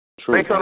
True